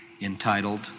entitled